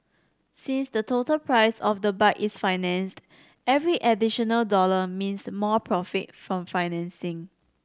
since the total price of the bike is financed every additional dollar means more profit from financing